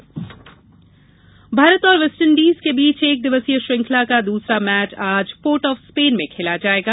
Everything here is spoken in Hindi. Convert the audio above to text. किकेट भारत और वेस्टइंडीज के बीच एक दिवसीय श्रृंखला का दूसरा मैच आज पोर्ट ऑफ स्पेन में खेला जाएगा